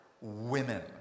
women